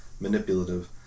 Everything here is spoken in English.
manipulative